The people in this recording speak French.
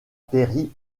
péri